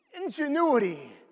ingenuity